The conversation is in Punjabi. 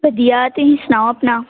ਵਧੀਆ ਤੁਸੀਂ ਸੁਣਾਓ ਆਪਣਾ